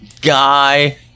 guy